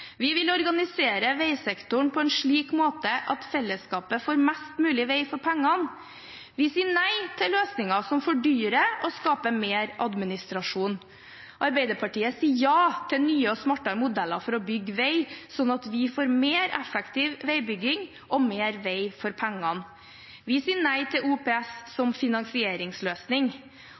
Vi vil organisere veisektoren på en slik måte at fellesskapet får mest mulig vei for pengene. Vi sier nei til løsninger som fordyrer og skaper mer administrasjon. Arbeiderpartiet sier ja til nye og smartere modeller for å bygge vei, sånn at vi får mer effektiv veibygging og mer vei for pengene. Vi sier nei til OPS